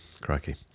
crikey